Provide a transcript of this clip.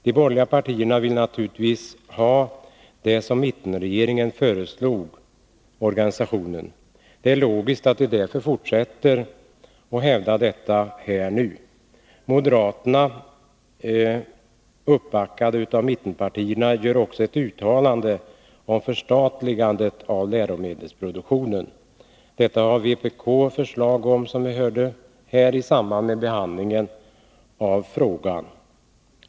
De borgerliga partierna vill naturligtvis ha det som mittenregeringen föreslog organisationen. Det är logiskt att de därför fortsätter att hävda det här nu. Moderaterna, uppbackade av mittenpartierna, gör också ett uttalande om förstatligandet av läromdelsproduktionen. Detta har vpk, som vi hörde, lagt fram förslag om i samband med behandlingen av frågan.